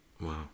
wow